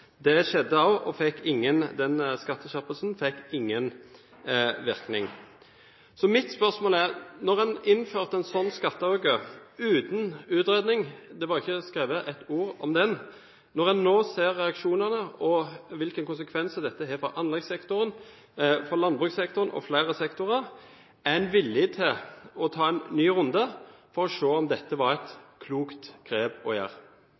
Det skjedde, og skatteskjerpelsen fikk ingen virkning. Mitt spørsmål er: En innførte en sånn skatteøkning uten utredning – det var ikke skrevet et ord om den. Når en nå ser reaksjonene og hvilke konsekvenser dette har for anleggssektoren, for landbrukssektoren og flere sektorer, er en villig til å ta en ny runde for å se om dette var et klokt grep å gjøre?